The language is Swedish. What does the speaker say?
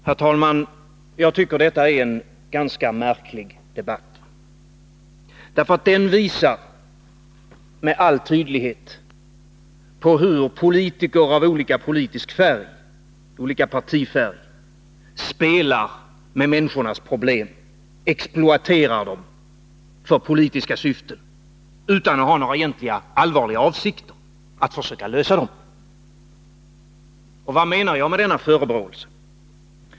Herr talman! Jag tycker detta är ganska märklig debatt. Den visar med all tydlighet hur politiker av olika partifärg spelar med människors problem och exploaterar dem för sina politiska syften utan att egentligen ha några allvarliga avsikter att försöka lösa dem. Vad menar jag då med denna förebråelse?